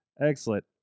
excellent